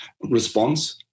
response